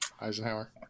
Eisenhower